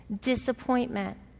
disappointment